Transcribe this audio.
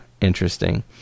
Interesting